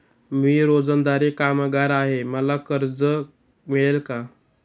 मी रोजंदारी कामगार आहे मला कर्ज मिळेल का?